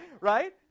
right